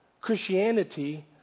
Christianity